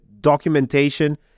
documentation